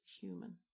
human